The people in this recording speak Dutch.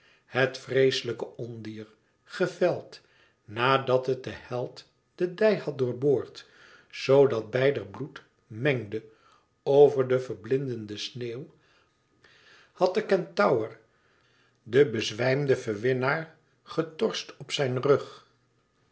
het vreeselijke ondier geveld na dat het den held de dij had doorboord zoo dat beider bloed mengelde over de verblindende sneeuw had de kentaur den bezwijmden verwinnaar getorst op zijn rug